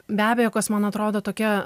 be abejo kas man atrodo tokia